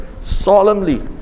solemnly